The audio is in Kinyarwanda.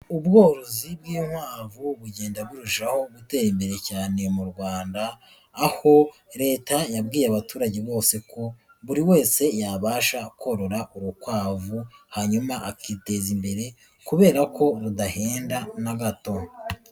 Ubworozi bw'inkwavu bugenda burushaho gutera imbere cyane mu Rwanda, aho leta yabwiye abaturage bose ko buri wese yabasha korora urukwavu, hanyuma akiteza imbere kubera ko rudahenda na gato.